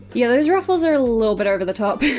yeah those ruffles are a little bit over the top.